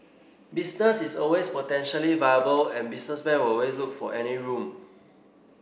business is always potentially viable and businessmen will always look for any room